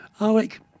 Alec